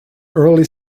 early